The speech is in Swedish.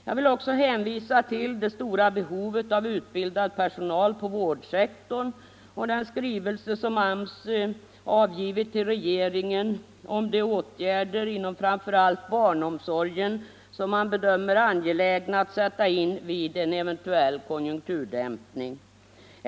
Jag vill också hänvisa till det stora behovet av utbildad personal på vårdsektorn och den skrivelse som AMS avgivit till regeringen om de åtgärder inom framför allt barnomsorgen som man bedömer angelägna att sätta in vid en eventuell konjurikturdämpning.